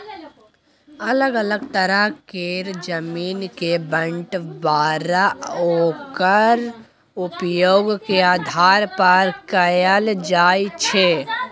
अलग अलग तरह केर जमीन के बंटबांरा ओक्कर उपयोग के आधार पर कएल जाइ छै